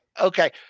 okay